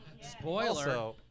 Spoiler